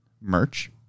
merch